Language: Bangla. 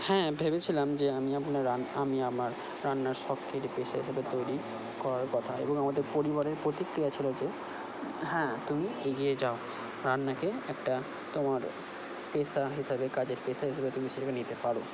হ্যাঁ ভেবেছিলাম যে আমি আপনার আমি আমার রান্নার শখকে পেশা হিসাবে তৈরি করার কথা এবং আমাদের পরিবারের প্রতিক্রিয়া ছিলো যে হ্যাঁ তুমি এগিয়ে যাও রান্নাকে একটা তোমার পেশা হিসাবে কাজের পেশা হিসেবে তুমি সেটাকে নিতে পারো